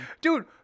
Dude